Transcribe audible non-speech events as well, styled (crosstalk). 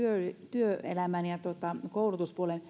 työelämän ja koulutuspuolen (unintelligible)